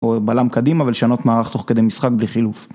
או בלם קדימה ולשנות מערך תוך כדי משחק בלי חילוף.